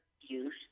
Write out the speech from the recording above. use